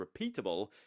repeatable